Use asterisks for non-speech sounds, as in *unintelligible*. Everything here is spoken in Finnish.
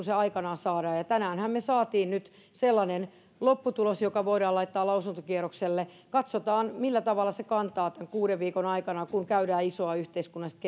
*unintelligible* se aikanaan saadaan ja tänäänhän me saimme nyt sellaisen lopputuloksen joka voidaan laittaa lausuntokierrokselle katsotaan millä tavalla se kantaa tämän kuuden viikon aikana kun käydään isoa yhteiskunnallista *unintelligible*